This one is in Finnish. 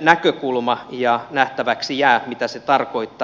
näkökulma ja nähtäväksi jää mitä se tarkoittaa